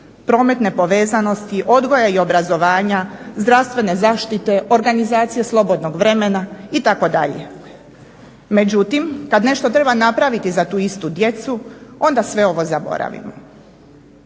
prometne povezanosti, odgoja i obrazovanja, zdravstvene zaštite, organizacije slobodnog vremena itd. Međutim kada nešto treba napraviti za tu istu djecu onda sve ovo zaboravimo.